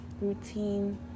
routine